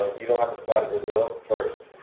you don't have to fly to brazil first.